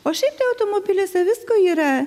o šiaip tai automobiliuose visko yra